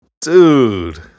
Dude